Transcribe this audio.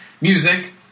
Music